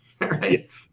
right